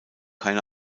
keine